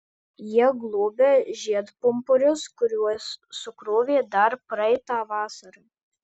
jie globia žiedpumpurius kuriuos sukrovė dar praeitą vasarą